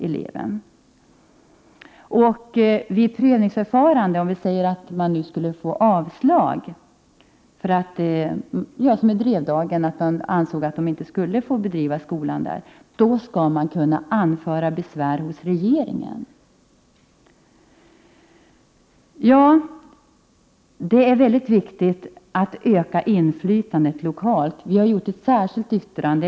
Om det vid prövningsförfarandet skulle bli avslag — som t.ex. i fråga om skolan i Drevdagen, som ju inte ansågs ha rätt att bedriva skolundervisning — skall det vara möjligt att anföra besvär hos regeringen. Det är väldigt viktigt att öka det lokala inflytandet. Vi har avgett ett särskilt yttrande.